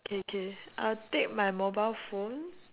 okay K I'll take my mobile phone